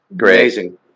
Amazing